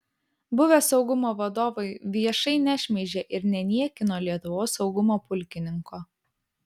buvę saugumo vadovai viešai nešmeižė ir neniekino lietuvos saugumo pulkininko